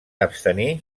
abstenir